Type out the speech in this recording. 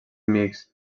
mixt